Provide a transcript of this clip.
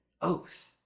oath